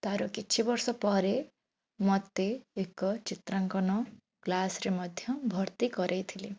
ତାହାର କିଛିବର୍ଷ ପରେ ମୋତେ ଏକ ଚିତ୍ରାଙ୍କନ କ୍ଲାସ୍ରେ ମଧ୍ୟ ଭର୍ତ୍ତି କରେଇଥିଲେ